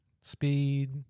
speed